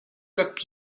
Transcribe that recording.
как